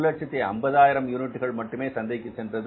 150000 யூனிட்டுகள் மட்டுமே சந்தைக்குச் சென்றது